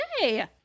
Yay